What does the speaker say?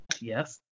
Yes